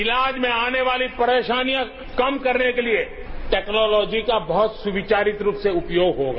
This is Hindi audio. इलाज में आने वाली परेशानियां कम करने के लिए टेक्नोलॉजी का बहुत सुविचारित रूप से उपयोग होगा